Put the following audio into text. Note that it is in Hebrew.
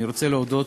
אני רוצה להודות